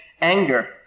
anger